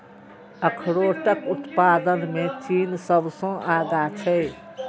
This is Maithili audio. अखरोटक उत्पादन मे चीन सबसं आगां छै